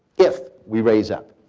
if we raise up.